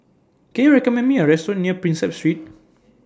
Can YOU recommend Me A Restaurant near Prinsep Street